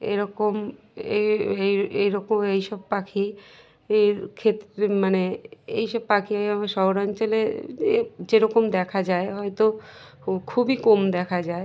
এরকম এই এইরকম এইসব পাখি এর ক্ষেতে মানে এইসব পাখি এভাবে শহরাঞ্চলে যেরকম দেখা যায় হয়তো খুবই কম দেখা যায়